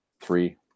three